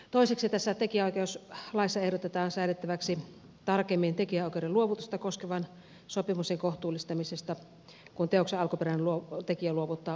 toiseksi tässä tekijänoikeuslaissa ehdotetaan säädettäväksi tarkemmin tekijänoikeuden luovutusta koskevan sopimuksen kohtuullistamisesta kun teoksen alkuperäinen tekijä luovuttaa oikeutensa